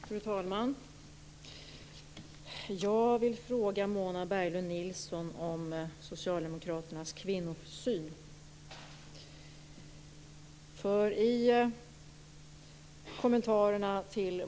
Fru talman! Jag vill fråga Mona Berglund Nilsson om socialdemokraternas kvinnosyn.